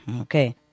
Okay